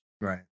Right